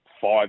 five